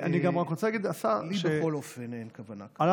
לי בכל אופן אין כוונה כזאת.